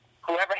whoever